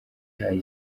ihaye